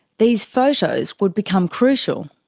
these photos would become crucial.